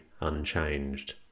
unchanged